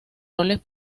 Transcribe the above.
roles